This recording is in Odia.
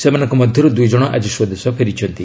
ସେମାନଙ୍କ ମଧ୍ୟରୁ ଦୁଇ ଜଣ ଆଜି ସ୍ପଦେଶ ଫେରିଛନ୍ତି